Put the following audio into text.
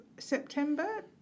September